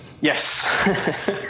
yes